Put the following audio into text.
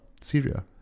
Syria